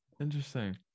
interesting